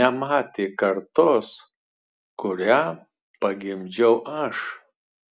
nematė kartos kurią pagimdžiau aš